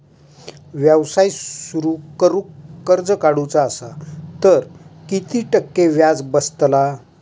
व्यवसाय सुरु करूक कर्ज काढूचा असा तर किती टक्के व्याज बसतला?